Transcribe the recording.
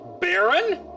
Baron